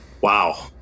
Wow